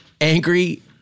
angry